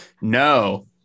No